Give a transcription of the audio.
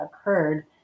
occurred